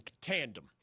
tandem